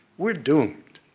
we're doomed.